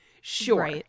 Sure